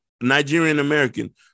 Nigerian-American